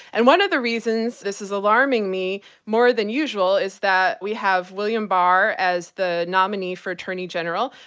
and one of the reasons this is alarming me more than usual is that we have william barr as the nominee for attorney general,